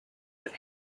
that